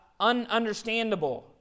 ununderstandable